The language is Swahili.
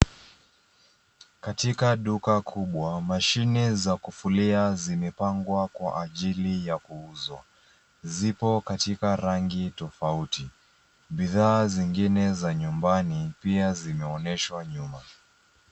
Katika duka kubwa mashine za kufulia zimepangwa kwa ajili ya kuuzwa. Zipo katika rangi tofauti. Bidhaa zingine za nyumbani pia zimeonyeshwa nyuma.